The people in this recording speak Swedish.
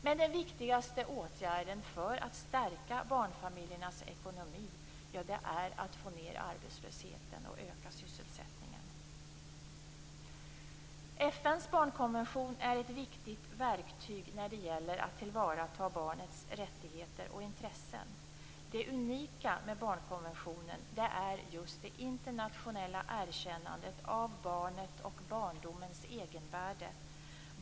Men den viktigaste åtgärden för att stärka barnfamiljernas ekonomi är att få ned arbetslösheten och öka sysselsättningen. FN:s barnkonvention är ett viktigt verktyg när det gäller att tillvarata barnets rättigheter och intressen. Det unika med barnkonventionen är just det internationella erkännandet av barnet och barndomens egenvärde.